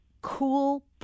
cool